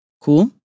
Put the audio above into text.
Cool